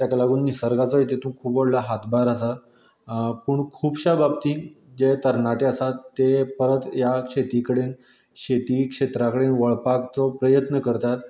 तेका लागून निसर्गाचो हेतूंत खूब व्हडलो हातभर आसा पूण खुबश्या बाबतींत जे तरणाटेंं आसात ते परत ह्या शेती कडेन शेती क्षेत्रा कडेन वळपाचो प्रयत्न करतात